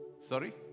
Sorry